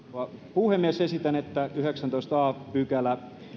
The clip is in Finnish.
puhemies esitän että yhdeksästoista a pykälä